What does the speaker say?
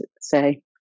say